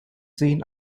sehen